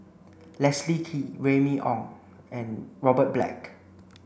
Leslie Kee Remy Ong and Robert Black